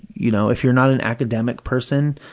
you know, if you're not an academic person,